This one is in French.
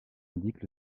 indiquent